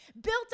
built